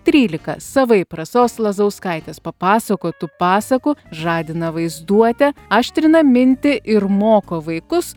trylika savaip rasos lazauskaitės papasakotų pasakų žadina vaizduotę aštrina mintį ir moko vaikus